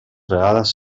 vegades